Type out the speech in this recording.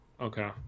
okay